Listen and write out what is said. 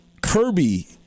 Kirby